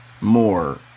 more